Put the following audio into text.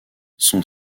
son